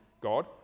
God